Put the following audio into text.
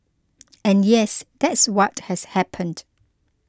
and yes that's what has happened